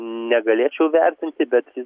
negalėčiau vertinti bet